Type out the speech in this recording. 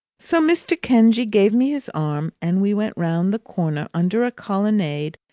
so mr. kenge gave me his arm and we went round the corner, under a colonnade,